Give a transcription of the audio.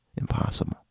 impossible